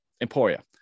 emporia